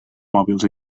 mòbils